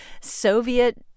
Soviet